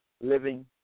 living